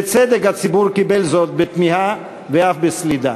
בצדק הציבור קיבל זאת בתמיהה ואף בסלידה.